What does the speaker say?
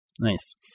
Nice